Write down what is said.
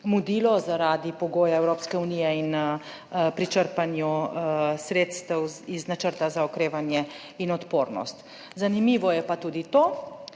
mudilo zaradi pogojev Evropske unije in črpanja sredstev iz Načrta za okrevanje in odpornost. Zanimivo je pa tudi to,